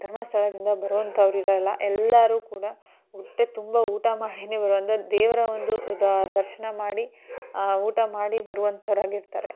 ಧರ್ಮಸ್ಥಳದಿಂದ ಬರುವಂಥವ್ರು ಇರೋಲ್ಲ ಎಲ್ಲರೂ ಕೂಡ ಹೊಟ್ಟೆ ತುಂಬ ಊಟ ಮಾಡಿಯೇ ಬರೋದು ಅಂದರೆ ದೇವರ ಒಂದು ದರ್ಶನ ಮಾಡಿ ಊಟ ಮಾಡಿ ಬರುವಂಥವರಾಗಿರ್ತಾರೆ